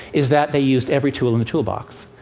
is that they used every tool in the toolbox.